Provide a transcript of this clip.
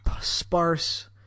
sparse